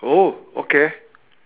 oh okay